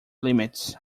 limits